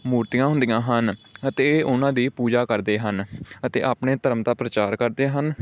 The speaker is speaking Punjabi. ਮੂਰਤੀਆਂ ਹੁੰਦੀਆਂ ਹਨ ਅਤੇ ਉਨ੍ਹਾਂ ਦੀ ਪੂਜਾ ਕਰਦੇ ਹਨ ਅਤੇ ਆਪਣੇ ਧਰਮ ਦਾ ਪ੍ਰਚਾਰ ਕਰਦੇ ਹਨ